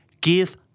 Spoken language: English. give